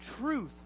truth